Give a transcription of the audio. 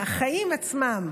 מהחיים עצמם.